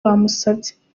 bamusabye